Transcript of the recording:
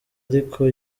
ariko